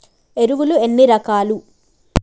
ఎరువులు ఎన్ని రకాలు?